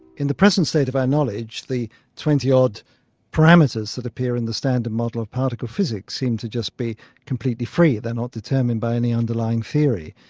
in the present state of our knowledge, the twenty odd parameters that appear in the standard model of particle physics seem to just be completely free, they're not determined by any underlying theory.